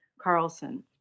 Carlson